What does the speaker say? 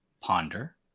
ponder